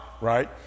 right